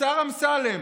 השר אמסלם,